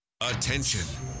Attention